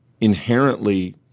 inherently